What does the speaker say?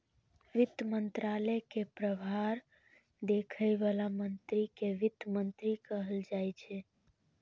वित्त मंत्रालय के प्रभार देखै बला मंत्री कें वित्त मंत्री कहल जाइ छै